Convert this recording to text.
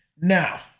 now